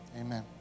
Amen